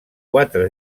quatre